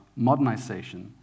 modernisation